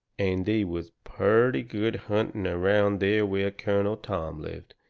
and they was purty good hunting around there where colonel tom lived,